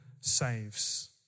saves